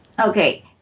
Okay